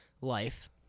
life